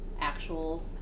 actual